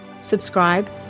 subscribe